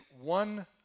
one